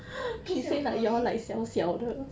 不像 poly